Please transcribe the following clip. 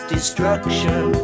destruction